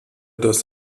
dass